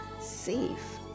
safe